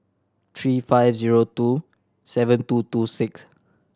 three five zero two seven two two six